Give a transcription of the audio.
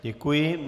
Děkuji.